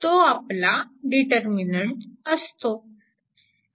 तो आपला डीटरर्मिनंट असतो